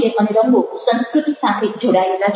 અને રંગો સંસ્કૃતિ સાથે જોડાયેલા છે